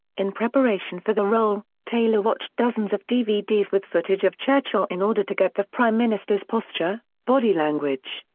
in preparation for the role, taylor watched dozens of dvds with footage of churchill in order to get the prime minister's posture, body language,